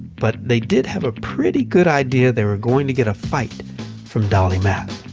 but they did have a pretty good idea they were going to get a fight from dolly mapp.